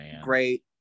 Great